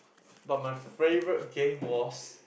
but my favourite game was